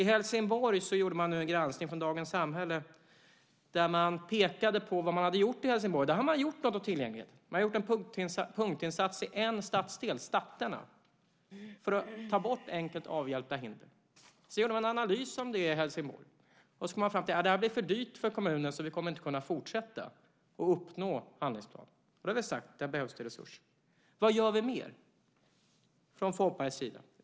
Dagens Samhälle gjorde en granskning som pekade på vad man hade gjort i Helsingborg. Där har man gjort något åt tillgängligheten. Man har gjort en punktinsats i en stadsdel, Stattena, för att ta bort enkelt avhjälpta hinder. Så gjorde man en analys av det i Helsingborg och kom fram till att det blivit för dyrt för kommunen så man kommer inte att kunna fortsätta för att uppnå handlingsplanen. Vi har sagt att där behövs det resurser. Vad gör vi mer från Folkpartiets sida?